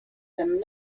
them